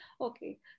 Okay